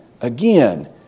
again